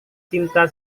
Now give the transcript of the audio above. cinta